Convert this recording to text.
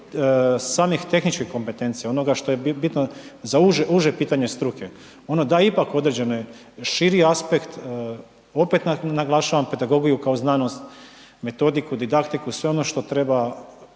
samih tehničkih kompetencija, onoga što je bitno za uže pitanje struke. Ono daje ipak određeni širi aspekt, opet naglašavam pedagogiju kao znanost, metodiku, didaktiku, sve ono što treba